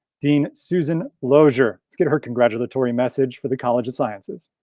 dean susan lozier, let's get her congratulatory message for the college of sciences.